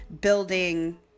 building